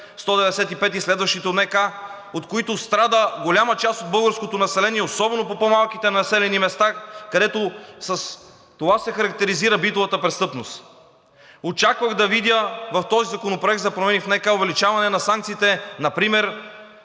195 и следващите от НК, от които страда голяма част от българското население, особено по по-малките населени места, където с това се характеризира битовата престъпност. Очаквах да видя в този законопроект за промени в НК увеличаване на санкциите, например